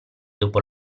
dopo